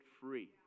free